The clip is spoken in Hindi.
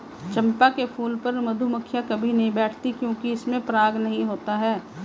चंपा के फूल पर मधुमक्खियां कभी नहीं बैठती हैं क्योंकि इसमें पराग नहीं होता है